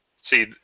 See